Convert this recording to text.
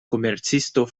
komercisto